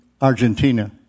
Argentina